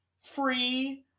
free